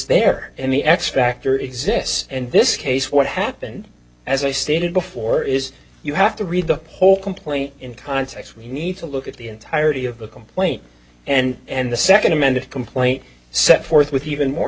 there and the x factor exists in this case what happened as i stated before is you have to read the whole complaint in context we need to look at the entirety of the complaint and the second amended complaint set forth with even more